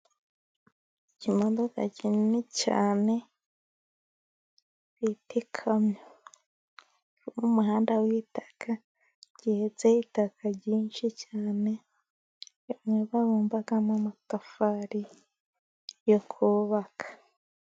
Ikimodoka kinini cyane bita ikamyo, kiri m'umuhanda w'ibitaka gihetse itaka ryinshi cyane rimwe babumbamo amatafari yo kubaka.